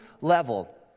level